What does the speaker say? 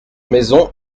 maison